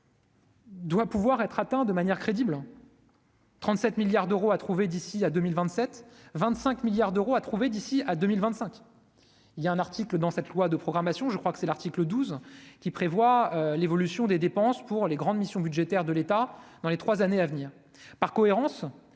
Doit pouvoir être atteint de manière crédible. 37 milliards d'euros à trouver d'ici à 2027 25 milliards d'euros à trouver d'ici à 2025 il y a un article dans cette loi de programmation, je crois que c'est l'article 12 qui prévoit l'évolution des dépenses pour les grandes missions budgétaires de l'État dans les 3 années à venir, par cohérence